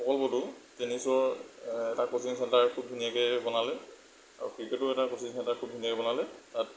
প্ৰকল্পটো টেনিছৰ এটা কোচিং চেণ্টাৰ খুব ধুনীয়াকৈ বনালে আৰু ক্ৰিকেটৰো এটা কোচিং চেণ্টাৰ খুব ধুনীয়া বনালে তাত